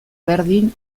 berdin